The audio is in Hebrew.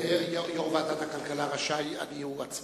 יושב-ראש ועדת הכלכלה הוא עצמאי,